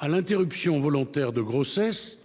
à l'interruption volontaire de grossesse